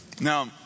now